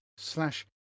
slash